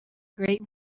great